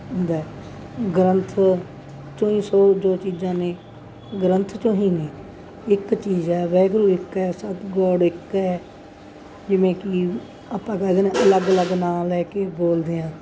ਹੁੰਦਾ ਗ੍ਰੰਥ ਚੋਂ ਹੀ ਸੋ ਜੋ ਚੀਜ਼ਾਂ ਨੇ ਗ੍ਰੰਥ ਚੋਂ ਹੀ ਨੇ ਇੱਕ ਚੀਜ਼ ਹੈ ਵਾਹਿਗੁਰੂ ਇੱਕ ਹੈ ਐਸਾ ਗੋਡ ਇੱਕ ਹੈ ਜਿਵੇਂ ਕਿ ਆਪਾਂ ਕਹਿ ਦਿੰਦੇ ਹਾਂ ਅਲੱਗ ਅਲੱਗ ਨਾਂ ਲੈ ਕੇ ਬੋਲਦੇ ਹਾਂ